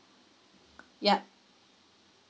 yup